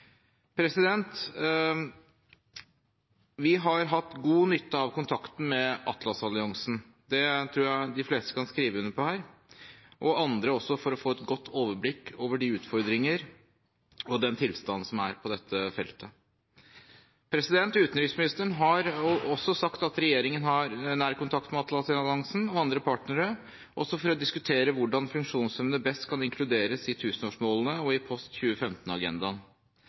Vi har hatt god nytte av kontakten med Atlas-alliansen – det tror jeg de fleste kan skrive under på her – og andre også, for å få et godt overblikk over de utfordringer og den tilstanden som er på dette feltet. Utenriksministeren har også sagt at regjeringen har nær kontakt med Atlas-alliansen og andre partnere, også for å diskutere hvordan funksjonshemmede best kan inkluderes i tusenårsmålene og i